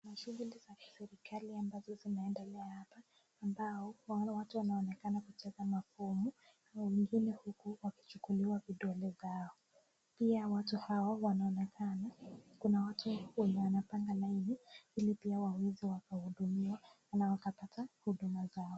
Kuna shughuli za kiserikali ambazo zinaendelea hapo ambao wale watu wanaonekana kujaza mafomu na wengine huku wakichukuliwa vidole zao. Pia watu hao wanaonekana kuna watu wenye wamepanga laini ili waweze pia waka hudumiwa na wakapata huduma zao.